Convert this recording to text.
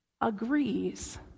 agrees